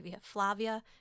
Flavia